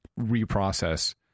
reprocess